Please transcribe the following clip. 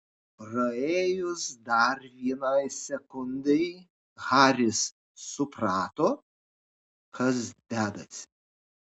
praėjus dar vienai sekundei haris suprato kas dedasi